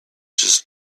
just